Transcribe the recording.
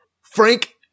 Frank